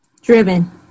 Driven